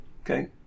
okay